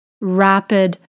rapid